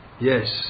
Yes